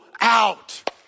out